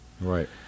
Right